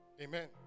Amen